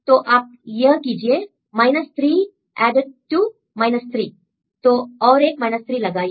तो आप यह कीजिए 3 एडड टू to 3 तो और एक 3 लगाइए